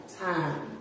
time